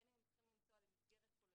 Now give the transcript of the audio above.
בין אם הם צריכים לנסוע למסגרת כוללנית,